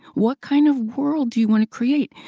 what kind of world do you want to create?